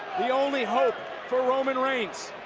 the only hope for roman reigns.